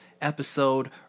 episode